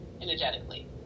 energetically